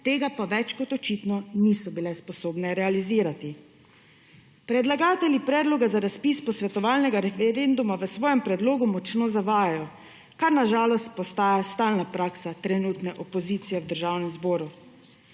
tega pa več kot očitno niso bile sposobne realizirati. Predlagatelji predloga za razpis posvetovalnega referenduma v svojem predlogu močno zavajajo, kar na žalost postaja stalna praksa trenutne opozicije v državnem zboru.